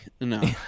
No